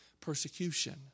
persecution